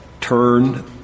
turn